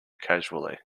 casually